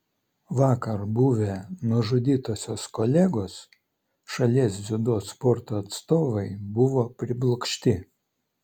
vakar buvę nužudytosios kolegos šalies dziudo sporto atstovai buvo priblokšti